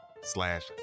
slash